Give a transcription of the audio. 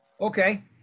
Okay